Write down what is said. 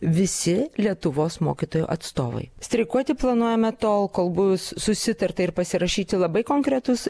visi lietuvos mokytojų atstovai streikuoti planuojame tol kol bus susitarta ir pasirašyti labai konkretūs